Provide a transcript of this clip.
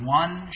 one